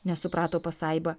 nesuprato pasaiba